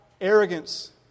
arrogance